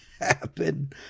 happen